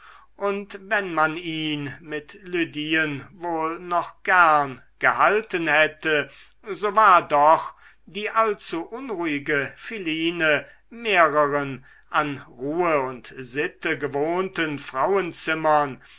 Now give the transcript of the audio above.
und wenn man ihn mit lydien wohl noch gern gehalten hätte so war doch die allzu unruhige philine mehreren an ruhe und sitte gewohnten frauenzimmern